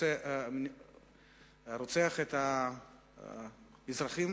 רוצח את האזרחים